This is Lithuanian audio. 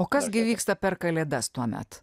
o kas gi vyksta per kalėdas tuomet